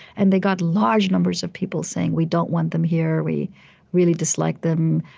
and they got large numbers of people saying, we don't want them here, we really dislike them,